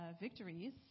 victories